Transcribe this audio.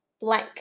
blank